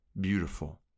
beautiful